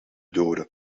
doden